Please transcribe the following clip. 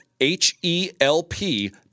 H-E-L-P